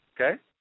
Okay